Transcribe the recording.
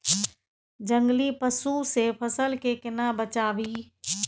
जंगली पसु से फसल के केना बचावी?